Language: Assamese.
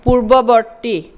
পূৰ্বৱৰ্তী